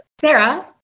Sarah